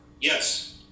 Yes